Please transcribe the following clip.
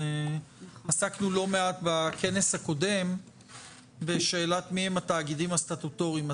עסקנו לא מעט בכנס הקודם שאלת מי הם התאגידים הסטטוטוריים.